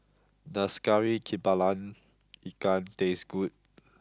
does Kari Kepala Ikan taste good